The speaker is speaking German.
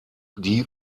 die